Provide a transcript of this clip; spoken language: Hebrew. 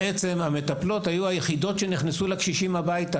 המטפלות היו בעצם היחידות שנכנסו אל הקשישים הביתה,